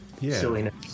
silliness